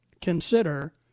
consider